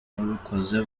babukoze